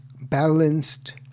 balanced